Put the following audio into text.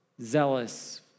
zealous